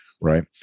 Right